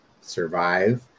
survive